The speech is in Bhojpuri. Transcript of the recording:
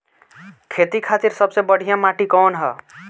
खेती खातिर सबसे बढ़िया माटी कवन ह?